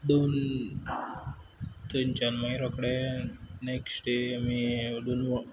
दोन थंयच्यान माय रोखडें नॅक्श्ट डे आमी यें